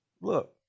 look